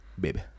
baby